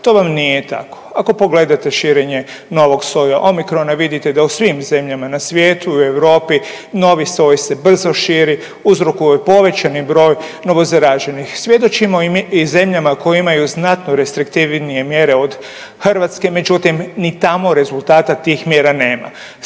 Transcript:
to vam nije tako. Ako pogledate širenje novog soja omikrona vidite da u svim zemljama na svijetu i u Europi novi soj se brzo širi, uzrokuje povećani broj novozaraženih. Svjedočimo i zemljama koje imaju znatno restriktivnije mjere od Hrvatske, međutim ni tamo rezultata tih mjera nema.